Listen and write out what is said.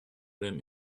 them